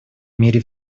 мире